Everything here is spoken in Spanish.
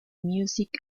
music